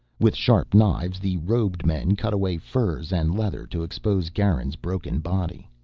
with sharp knives the robed men cut away furs and leather to expose garin's broken body.